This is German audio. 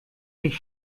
ich